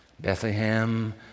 Bethlehem